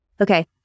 okay